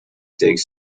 takes